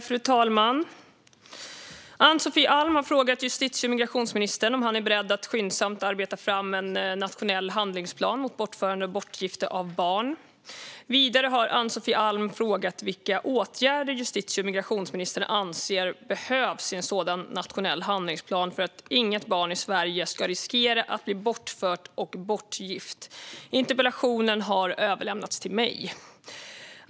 Fru talman! Ann-Sofie Alm har frågat justitie och migrationsministern om han är beredd att skyndsamt arbeta fram en nationell handlingsplan mot bortförande och bortgifte av barn. Vidare har Ann-Sofie Alm frågat vilka åtgärder justitie och migrationsministern anser behövs i en sådan nationell handlingsplan för att inget barn i Sverige ska riskera att bli bortfört och bortgift. Interpellationen har överlämnats till mig.